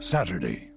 Saturday